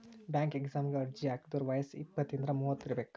bank ಎಕ್ಸಾಮಗ ಅರ್ಜಿ ಹಾಕಿದೋರ್ ವಯ್ಯಸ್ ಇಪ್ಪತ್ರಿಂದ ಮೂವತ್ ಇರಬೆಕ್